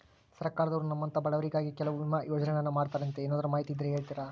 ಸರ್ಕಾರದವರು ನಮ್ಮಂಥ ಬಡವರಿಗಾಗಿ ಕೆಲವು ವಿಮಾ ಯೋಜನೆಗಳನ್ನ ಮಾಡ್ತಾರಂತೆ ಏನಾದರೂ ಮಾಹಿತಿ ಇದ್ದರೆ ಹೇಳ್ತೇರಾ?